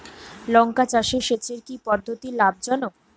লঙ্কা চাষে সেচের কি পদ্ধতি লাভ জনক?